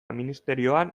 ministerioan